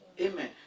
amen